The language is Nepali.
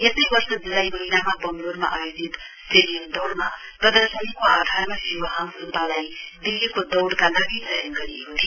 यसै वर्ष जुलाई महीनामा बंगलोरमा आयोजित स्टेडियम दौइमा प्रदर्शनीको आधारमा शिवहाङ स्ब्बालाई दिल्लीको दौड़का लागि चयन गरिएको थियो